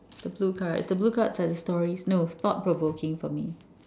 the blue cards the blue cards are the stories no it's not provoking for me